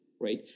right